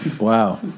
Wow